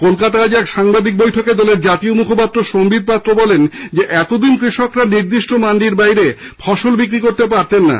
কলকাতায় আজ এক সাংবাদিক বৈঠকে দলের জাতীয় মুখপাত্র সম্বিত পাত্র বলেন এতদিন কৃষকরা নির্দিষ্ট মান্ডির বাইরে ফসল বিক্রি করতে পারত না